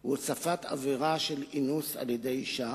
הוא הוספת עבירה של אינוס על-ידי אשה,